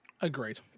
agreed